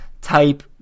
type